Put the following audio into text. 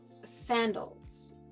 sandals